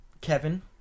Kevin